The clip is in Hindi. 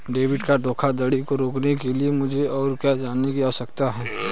डेबिट कार्ड धोखाधड़ी को रोकने के लिए मुझे और क्या जानने की आवश्यकता है?